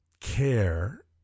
care